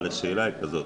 אבל השאלה היא כזאת,